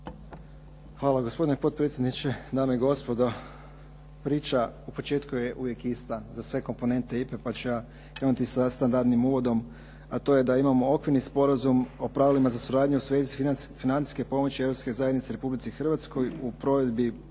Hvala gospodine potpredsjedniče, dame i gospodo. Priča u početku uvijek je ista za sve komponente IPA-e pa ću ja krenuti sa standardnim uvodom, a to je da imamo okvirni sporazum o pravilima za suradnju u svezi financijske pomoći Europske zajednice Republici Hrvatskoj u provedbi